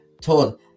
told